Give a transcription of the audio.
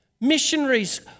Missionaries